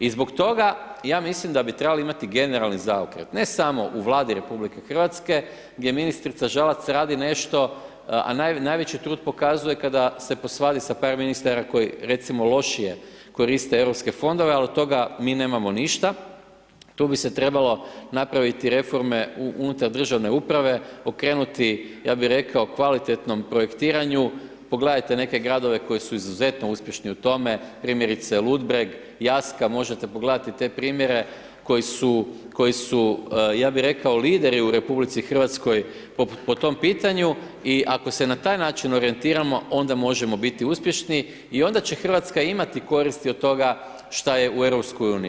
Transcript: I zbog toga ja mislim da bi trebali imati generalni zaokret, ne samo u Vladi Republike Hrvatske gdje ministrica Žalac radi nešto, a najveći, najveći trud pokazuje kada se posvadi sa par ministara koji recimo lošije koriste europske fondove, a od toga mi nemamo ništa, tu bi se trebalo napraviti reforme u unutar državne uprave, okrenuti, ja bi se rekao kvalitetnom projektiranju, pogledajte neke gradove koji su izuzetno uspješni u tome, primjerice Ludbreg, Jaska, možete pogledati te primjere koji su, koji su ja bih rekao lideri u Republici Hrvatskoj po tom pitanju, i ako se na taj način orijentiramo, onda možemo biti uspješni, i onda će Hrvatska imati koristi od toga šta je u Europskoj uniji.